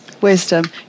Wisdom